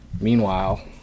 Meanwhile